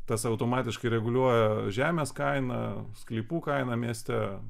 tas automatiškai reguliuoja žemės kainą sklypų kainą mieste